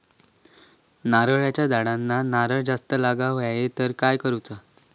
नारळाच्या झाडांना नारळ जास्त लागा व्हाये तर काय करूचा?